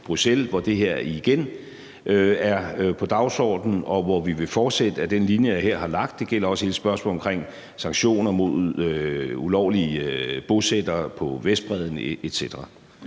Bruxelles, hvor det her igen er på dagsordenen, og hvor vi vil fortsætte ad den linje, jeg her har lagt. Det gælder også hele spørgsmålet om sanktioner mod ulovlige bosættere på Vestbredden etc.